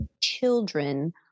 children